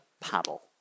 paddle